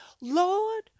Lord